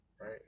right